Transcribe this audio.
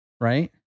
right